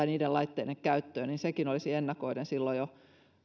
niiden laitteiden käyttöön niin sekin olisi ennakoiden silloin jo